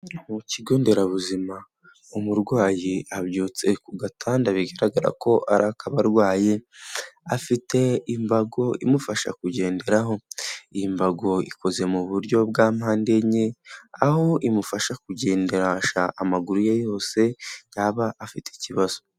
Mu kigo nderabuzima umurwayi abyutse ku gatanda bigaragara ko ari ak'abarwayi, afite imbago imufasha kugenderaho, iyi mbago ikoze mu buryo bwa mpande enye, aho imufasha kugendesha amaguru ye yose yaba afite ikibazo.